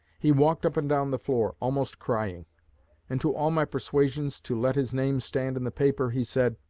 he walked up and down the floor, almost crying and to all my persuasions to let his name stand in the paper, he said,